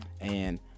And-